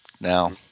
now